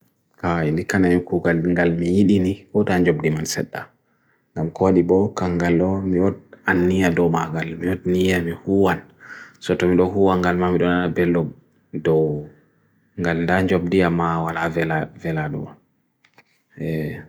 kaa, ili kana yung kukal bingal mi, ili ni, kod anjob di man seta. Namkwadi bo kangal lo, miot anniha do ma agal, miot niha mi hoon. Soto mi lo ho angal ma mi do na belob do. Angal do anjob di ama wala vela do.